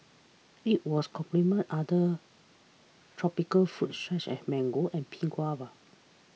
it was complements other tropical fruit such as mango and pink guava